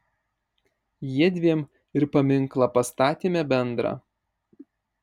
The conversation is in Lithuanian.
jiedviem ir paminklą pastatėme bendrą